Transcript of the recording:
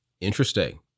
Interesting